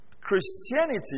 Christianity